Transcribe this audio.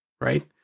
right